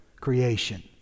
creation